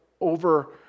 over